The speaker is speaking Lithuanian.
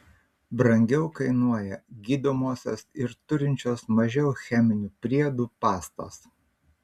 brangiau kainuoja gydomosios ir turinčios mažiau cheminių priedų pastos